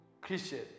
Christian